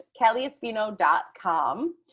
kellyespino.com